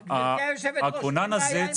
בסדר, גברתי יושבת הראש, אין בעיה עם החוק.